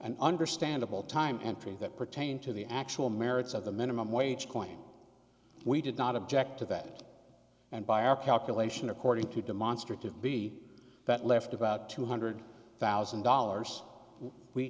an understandable time entry that pertained to the actual merits of the minimum wage point we did not object to that and by our calculation according to demonstrative b that left about two hundred thousand dollars we